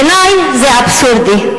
בעיני זה אבסורדי,